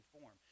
form